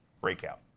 breakout